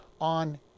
on